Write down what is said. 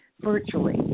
Virtually